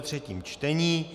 třetí čtení